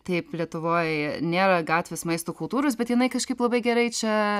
taip lietuvoj nėra gatvės maisto kultūros bet jinai kažkaip labai gerai čia